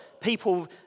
people